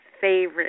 favorite